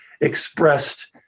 expressed